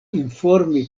informi